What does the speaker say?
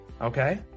okay